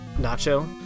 Nacho